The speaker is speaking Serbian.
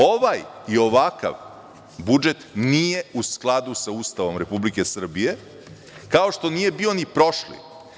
Ovaj i ovakav budžet nije u skladu sa Ustavom Republike Srbije, kao što nije bio ni prošli.